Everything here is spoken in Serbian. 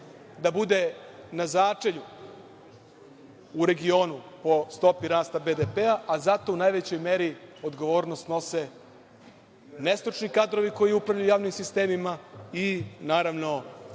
da bude na začelju u regionu po stopi rasta BDP-a, a za to u najvećoj meri odgovornost snose nestručni kadrovi koji upravljaju javnim sistemima i, naravno,